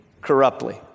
corruptly